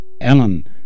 Alan